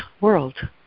world